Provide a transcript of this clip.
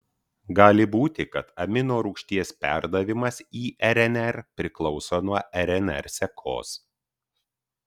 gali būti kad aminorūgšties perdavimas į rnr priklauso nuo rnr sekos